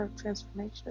transformation